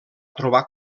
trobar